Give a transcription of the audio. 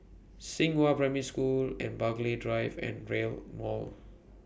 Xinghua Primary School and Burghley Drive and Rail Mall